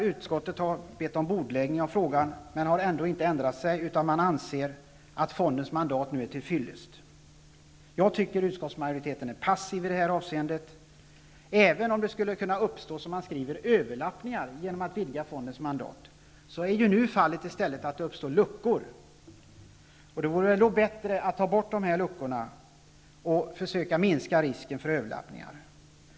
Utskottet har bett om bordläggning av frågan men har ändå inte ändrat sig, utan man anser att fondens mandat nu är till fyllest. Jag tycker att utskottsmajoriteten är passiv i det här avseendet. Man skriver att det genom en utvidgning av fondens mandat skulle kunna uppstå överlappningar, men som det är nu uppstår det ju i stället luckor. Det vore väl då bättre att ta bort dessa luckor och försöka minska risken för överlappningar.